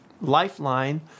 lifeline